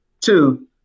Two